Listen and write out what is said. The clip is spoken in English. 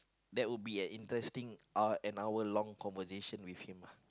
that would be an interesting uh an hour long conversation with him uh